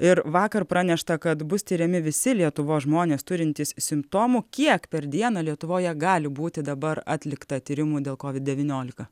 ir vakar pranešta kad bus tiriami visi lietuvos žmonės turintys simptomų kiek per dieną lietuvoje gali būti dabar atlikta tyrimų dėl kovid devyniolika